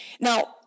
Now